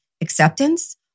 acceptance